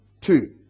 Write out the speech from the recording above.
two